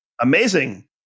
amazing